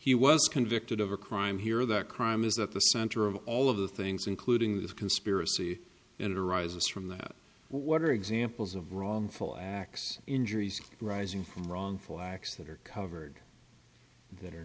he was convicted of a crime here that crime is that the center of all of the things including the conspiracy and it arises from that what are examples of wrongful acts injuries rising from wrongful acts that are covered th